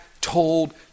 told